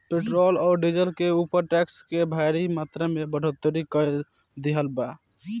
petrol आ diesel के ऊपर टैक्स के भारी मात्रा में बढ़ोतरी कर दीहल बा